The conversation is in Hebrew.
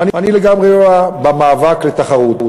אני לגמרי במאבק לתחרות.